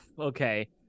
Okay